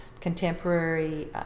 contemporary